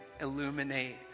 illuminate